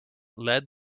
led